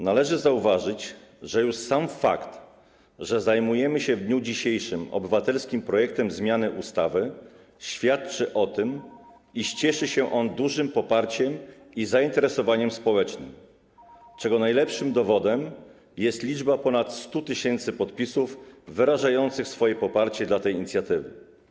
Należy zauważyć, że już sam fakt, że zajmujemy się dzisiaj obywatelskim projektem zmiany ustawy, świadczy o tym, iż cieszy się on dużym poparciem i zainteresowaniem społecznym, czego najlepszym dowodem jest liczba ponad 100 tys. podpisów osób wyrażających swoje poparcie dla tej inicjatywy.